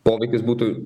poveikis būtų